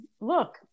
look